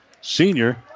senior